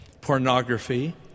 pornography